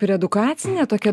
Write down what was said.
ir edukacine tokia